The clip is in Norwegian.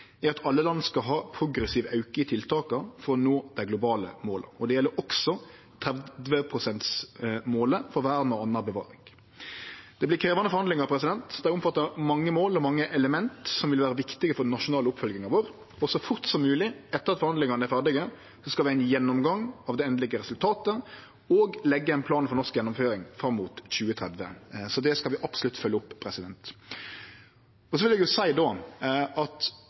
er at alle land skal ha ein progressiv auke i tiltaka for å nå dei globale måla, og det gjeld også 30-prosentsmålet for vern og anna bevaring. Det vert krevjande forhandlingar. Dei omfattar mange mål og mange element som vil vere viktige for den nasjonale oppfølginga vår, og så fort som mogleg, etter at forhandlingane er ferdige, skal vi ha ein gjennomgang av det endelege resultatet og leggje ein plan for norsk gjennomføring fram mot 2030. Så det skal vi absolutt følgje opp. Så vil eg seie at det er bra at